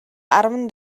арван